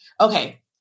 Okay